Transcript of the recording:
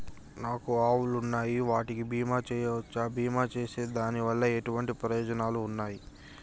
నాకు ఆవులు ఉన్నాయి వాటికి బీమా చెయ్యవచ్చా? బీమా చేస్తే దాని వల్ల ఎటువంటి ప్రయోజనాలు ఉన్నాయి?